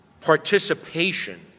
participation